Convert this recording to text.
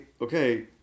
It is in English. okay